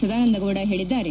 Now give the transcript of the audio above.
ಸದಾನಂದಗೌಡ ಹೇಳಿದ್ದಾರೆ